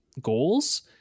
goals